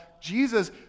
Jesus